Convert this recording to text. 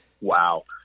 Wow